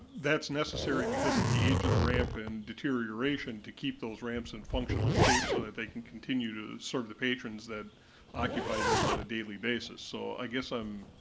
that's necessary because of the age of the ramp and deterioration to keep those ramps in functional shape so that they can continue to serve the patrons that occupy those on a daily basis, so, i guess i'm,